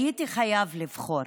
הייתי חייב לבחור